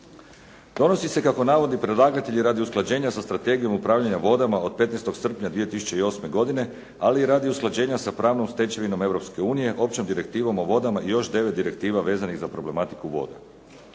Donosi se kako navodi predlagatelj radi usklađenja sa Strategijom upravljanja vodama od 15. srpnja 2008. godine ali radi usklađenja sa pravnom stečevinom Europske unije, općom Direktivom o vodama i još 9 direktiva vezanih za problematiku voda.